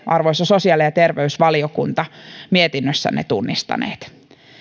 arvoisa sosiaali ja terveysvaliokunta olette mietinnössänne tunnistaneet